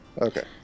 Okay